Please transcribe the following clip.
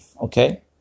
okay